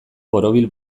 borobil